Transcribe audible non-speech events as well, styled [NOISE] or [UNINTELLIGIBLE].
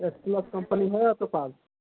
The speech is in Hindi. [UNINTELLIGIBLE] कम्पनी है आपके पास